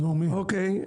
קצר.